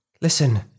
listen